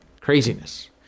Craziness